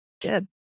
good